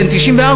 בן 94,